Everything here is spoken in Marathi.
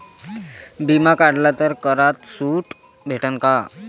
बिमा काढला तर करात सूट भेटन काय?